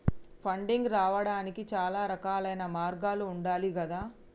funding రావడానికి చాలా రకాలైన మార్గాలు ఉండాలి గదా